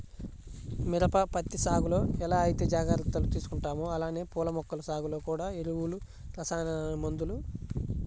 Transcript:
మిరప, పత్తి సాగులో ఎలా ఐతే జాగర్తలు తీసుకుంటామో అలానే పూల మొక్కల సాగులో గూడా ఎరువులు, రసాయనిక మందులు